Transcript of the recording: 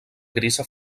grisa